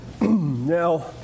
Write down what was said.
Now